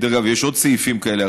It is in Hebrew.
דרך אגב, יש עוד סעיפים כאלה.